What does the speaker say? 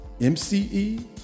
MCE